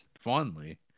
fondly